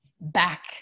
back